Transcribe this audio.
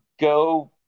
Go